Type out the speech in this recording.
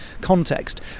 context